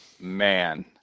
Man